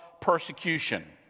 persecution